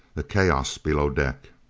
a chaos below deck.